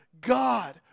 God